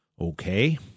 Okay